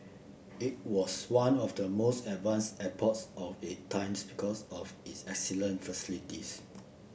it was one of the most advanced airports of its time because of its excellent facilities